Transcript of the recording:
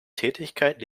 tätigkeit